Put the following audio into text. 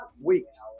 weeks